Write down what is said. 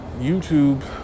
YouTube